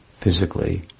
physically